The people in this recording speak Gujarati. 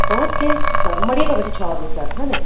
ઓકે સર મળીએ તો પછી છ વાગે સર હ ને